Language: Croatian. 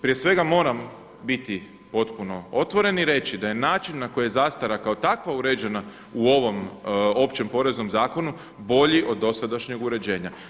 Prije svega moram biti potpuno otvoren i reći da je način na koji je zastara kao takva uređena u ovom Općem poreznom zakonu bolji od dosadašnjeg uređenja.